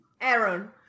Aaron